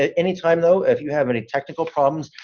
ah any time though, if you have any technical problems,